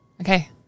Okay